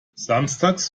samstags